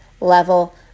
level